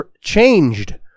changed